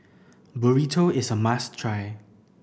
Burrito is a must try